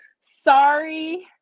Sorry